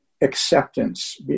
acceptance